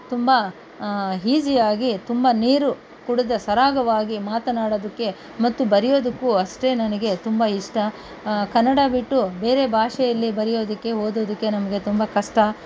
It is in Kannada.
ತುಂಬ ಹೀಸಿಯಾಗಿ ತುಂಬ ನೀರು ಕುಡಿದ ಸರಾಗವಾಗಿ ಮಾತನಾಡೋದಕ್ಕೆ ಮತ್ತು ಬರೆಯೋದಕ್ಕೂ ಅಷ್ಟೇ ನನಗೆ ತುಂಬ ಇಷ್ಟ ಕನ್ನಡ ಬಿಟ್ಟು ಬೇರೆ ಭಾಷೆಯಲ್ಲಿ ಬರೆಯೋದಿಕ್ಕೆ ಓದೋದಕ್ಕೆ ನಮಗೆ ತುಂಬ ಕಷ್ಟ